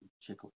check